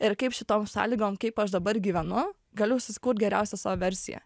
ir kaip šitom sąlygom kaip aš dabar gyvenu galiu susikurt geriausią savo versiją